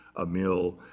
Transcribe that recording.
a mill,